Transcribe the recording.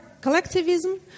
collectivism